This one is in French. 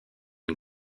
une